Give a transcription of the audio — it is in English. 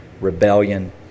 rebellion